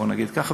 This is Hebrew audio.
בוא נגיד ככה,